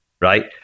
right